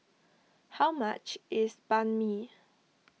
how much is Banh Mi